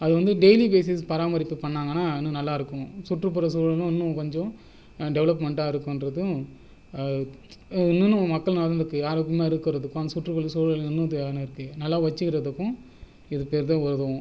அது வந்து daily basics பராமரிப்பு பண்ணங்கன்னால் இன்னும் நல்லா இருக்கும் சுற்றுப்புறசூழலும் இன்னும் கொஞ்சம் டெவலப்மெண்ட்டாக இருக்கும்ங்றதும் இன்னும் மக்கள் நலனுக்கு ஆரோக்கியமாக இருக்கிறதுக்கு அந்த சுற்றுப்புறசூழல் இன்னும் இதை தானே இருக்குது நல்ல வெச்சுக்கறதுக்கும் இது பெரிதும் உதவும்